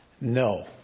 no